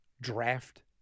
draft